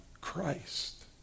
Christ